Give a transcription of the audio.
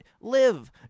Live